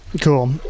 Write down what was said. Cool